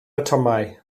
atomau